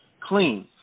clean